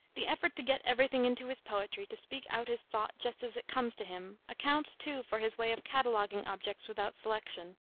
the effort to get every thing into his poetry, to speak out his thought just as it comes to him, accounts, too, for his way of cataloguing objects without selection.